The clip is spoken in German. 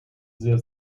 sehr